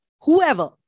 whoever